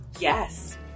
Yes